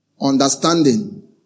Understanding